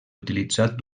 utilitzat